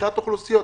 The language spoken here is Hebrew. מבחינת האוכלוסיות,